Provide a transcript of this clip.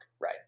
right